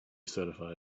certified